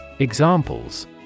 examples